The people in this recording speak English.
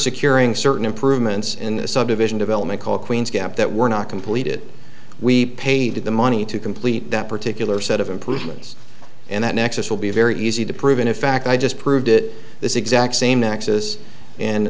securing certain improvements in subdivision development called queens gap that were not completed we paid the money to complete that particular set of improvements and that nexus will be very easy to prove in fact i just proved it this exact same axis and